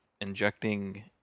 injecting